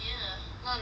not nice